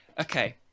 okay